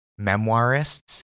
memoirists